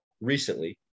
recently